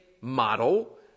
model